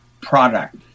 product